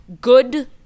good